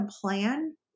plan